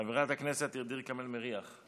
חברת הכנסת ע'דיר כמאל מריח,